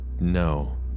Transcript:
no